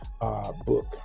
book